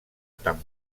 tant